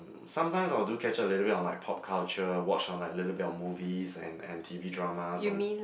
sometimes I do catch up a little bit on like pop culture watch on like a little bit of movies and and T_V dramas on